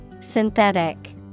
synthetic